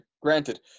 Granted